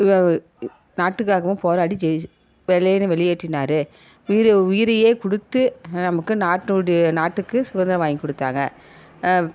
நாட்டுக்காகவும் போராடி வெள்ளையனை வெளியேற்றினார் இவ்வளோ உயிரை கொடுத்து நமக்கு நாட்டுடைய நாட்டுக்கு சுதந்திரம் வாங்கி கொடுத்தாங்க